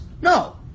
No